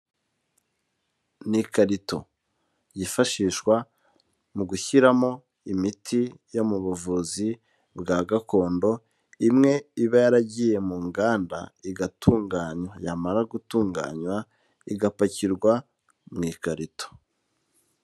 Ni ikarito, yifashishwa mu gushyiramo imiti yo mu buvuzi bwa gakondo, imwe iba yaragiye mu nganda igatunganywa, yamara gutunganywa igapakirwa mu ikarito.